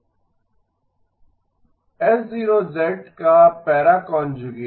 H 1− z−NH 0 − z H 0 का para conjugate